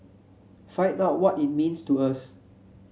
find out what it means to us